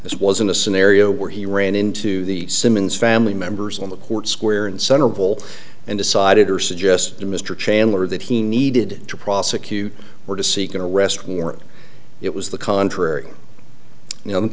this wasn't a scenario where he ran into the simmons family members on the court square in central and decided or suggest to mr chandler that he needed to prosecute or to seek an arrest warrant it was the contrary you know